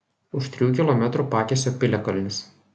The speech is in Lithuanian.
už trijų kilometrų pakisio piliakalnis